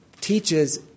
teaches